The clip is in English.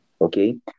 okay